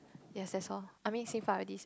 yes that's all I mean since I've already